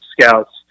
scouts